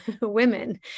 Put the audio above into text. women